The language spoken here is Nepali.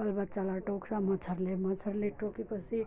बाल बच्चालाई टोक्छ मच्छरले मच्छरले टोके पछि